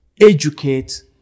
educate